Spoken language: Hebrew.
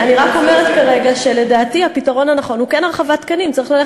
אני רק אומרת שלדעתי הפתרון הנכון הוא כן הגדלת מספר התקנים,